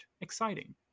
Exciting